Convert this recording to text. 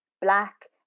black